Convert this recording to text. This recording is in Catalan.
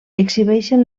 exhibeixen